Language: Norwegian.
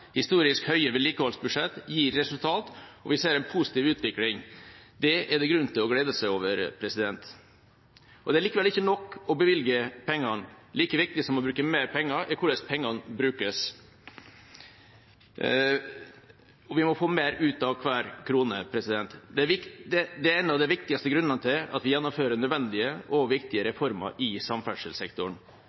Historisk høye vedlikeholdsbudsjett gir resultater, og vi ser en positiv utvikling. Det er det grunn til å glede seg over. Det er likevel ikke nok å bevilge pengene. Like viktig som å bruke mer penger er hvordan pengene brukes. Vi må få mer ut av hver krone. Det er en av de viktigste grunnene til at vi gjennomfører nødvendige og viktige reformer i samferdselssektoren.